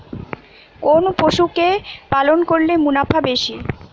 কোন পশু কে পালন করলে মুনাফা বেশি?